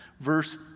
Verse